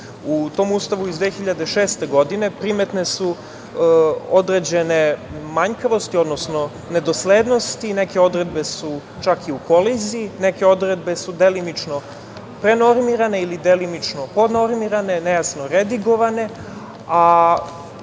U tom Ustavu iz 2006. godine primetne su određene manjkavosti, odnosno nedoslednosti i neke odredbe su čak i u koliziji, neke odredbe su delimično prenormirane ili delimično podnormirne, nejasno redigovane, a